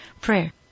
prayer